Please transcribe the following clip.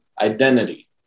identity